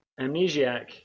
Amnesiac